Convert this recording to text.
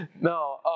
No